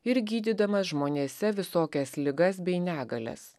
ir gydydamas žmonėse visokias ligas bei negalias